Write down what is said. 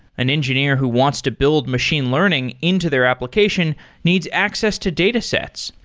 an engineer who wants to build machine learning into their application needs access to datasets.